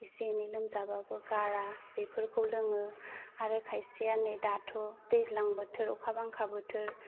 एसे एनै लमजाबाबो गारा बेफोरखौ लोङो आरो खायसोया नै दाथ' दैजलां बोथोर अखा बांखा बोथोर